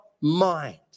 mind